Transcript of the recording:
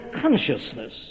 consciousness